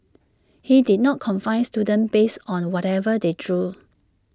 he did not confine students based on whatever they drew